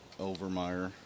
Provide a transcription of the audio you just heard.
Overmeyer